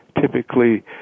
typically